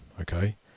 okay